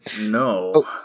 No